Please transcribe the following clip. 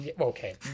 Okay